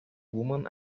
women